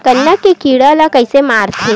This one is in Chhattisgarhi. गन्ना के कीट ला कइसे मारथे?